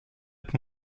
être